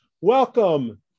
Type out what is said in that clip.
Welcome